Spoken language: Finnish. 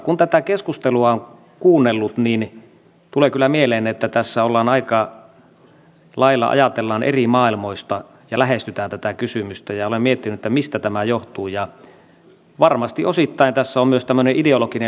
kun tätä keskustelua on kuunnellut niin tulee kyllä mieleen että tässä aika lailla ajatellaan ja lähestytään tätä kysymystä eri maailmoista ja olen miettinyt mistä tämä johtuu ja varmasti osittain tässä on myös tämmöinen ideologinen lähtökohtakin